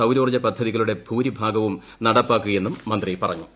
സൌരോർജ്ജ പദ്ധതികളുടെ ഭൂരിഭാഗവും നടപ്പാക്കുകയെന്നും മന്ത്രി പറഞ്ഞു